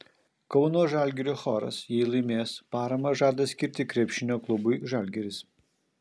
kauno žalgirio choras jei laimės paramą žada skirti krepšinio klubui žalgiris